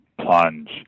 plunge